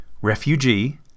refugee